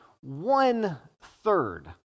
one-third